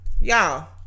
y'all